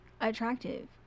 attractive